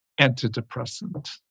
antidepressant